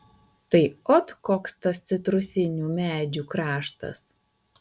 tai ot koks tas citrusinių medžių kraštas